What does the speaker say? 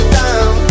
down